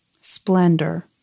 Splendor